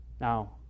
Now